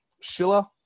Schiller